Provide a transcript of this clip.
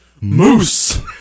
Moose